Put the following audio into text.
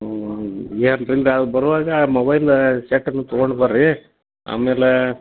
ಹ್ಞೂ ಬರುವಾಗ ಆ ಮೊಬೈಲ್ ಸೆಟ್ನು ತೊಗೊಂಡು ಬರ್ರೀ ಆಮೇಲೆ